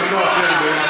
שנתנה הכי הרבה,